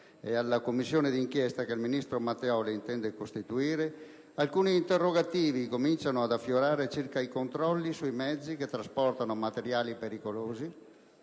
e alla Commissione d'inchiesta che il ministro Matteoli intende costituire, alcuni interrogativi cominciano ad affiorare circa i controlli sui mezzi che trasportano materiali pericolosi